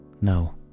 No